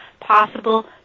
Possible